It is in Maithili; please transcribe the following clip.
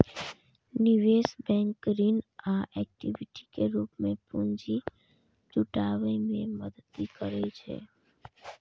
निवेश बैंक ऋण आ इक्विटी के रूप मे पूंजी जुटाबै मे मदति करै छै